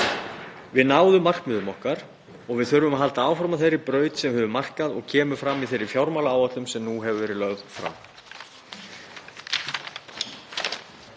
Við náðum markmiðum okkar og við þurfum að halda áfram á þeirri braut sem við höfum markað og kemur fram í þeirri fjármálaáætlun sem nú hefur verið lögð fram.